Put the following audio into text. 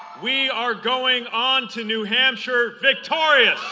we are going on to new hampshire victorious